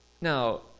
Now